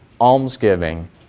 almsgiving